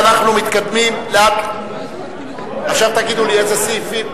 משרד החינוך (הקצבות לחינוך ותרבות במגזר הערבי,